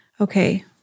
Okay